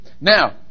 Now